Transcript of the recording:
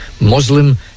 Muslim